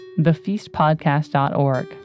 thefeastpodcast.org